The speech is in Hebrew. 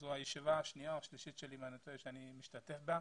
זו הישיבה השנייה או השלישית שלי שאני משתתף בה.